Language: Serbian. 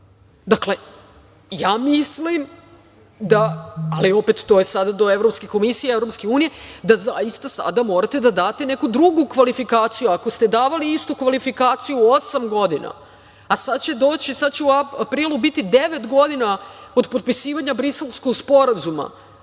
ja mislim, ali opet sve je to do Evropske komisije, EU, da zaista sada morate da date neku drugu kvalifikaciju. Ako ste davali istu kvalifikaciju osam godina, a sada će u aprilu biti devet godina od potpisivanja Briselskog sprozuma,